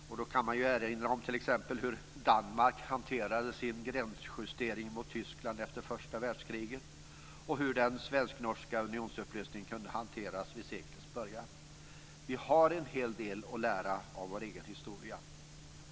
Man kan erinra om t.ex. hur Danmark hanterade sin gränsjustering mot Tyskland efter första världskriget och hur den svensk-norska unionsupplösningen kunde hanteras vid förra seklets början. Vi har en hel del att lära av vår egen historia.